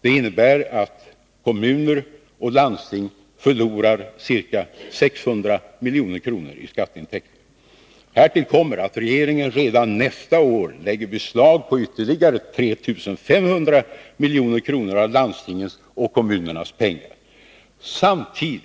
Det innebär att kommuner och landsting förlorar ca 600 milj.kr. i skatteintäkter. Härtill kommer att regeringen redan nästa år lägger beslag på ytterligare 3 500 milj.kr. av landstingens och kommunernas pengar. Samtidigt